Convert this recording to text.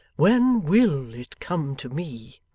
when will it come to me